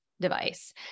device